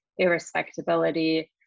irrespectability